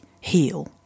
heal